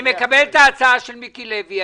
אני מקבל את ההצעה של מיקי לוי.